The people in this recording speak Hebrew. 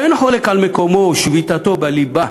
שאין חולק על מקומו ושביתתו בַליבה